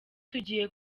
tugiye